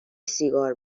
سیگار